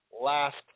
last